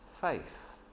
faith